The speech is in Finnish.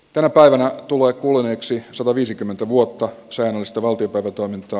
tänä päivänä tuli kuluneeksi sataviisikymmentä vuotta sen mistä valtiopäivätoiminta